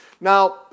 Now